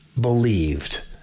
believed